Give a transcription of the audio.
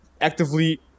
actively